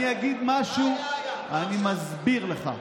אני אגיד משהו, אני מסביר לך.